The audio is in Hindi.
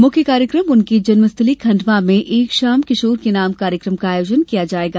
मुख्य कार्यकम उनकी जन्मस्थली खण्डवा में एक शाम किशोर के नाम कार्यक्रम का आयोजन किया जायेगा